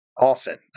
often